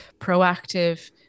proactive